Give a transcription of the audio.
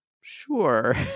sure